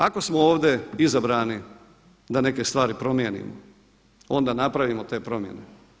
Ako smo ovdje izabrani da neke stvari promijenimo onda napravimo te promjene.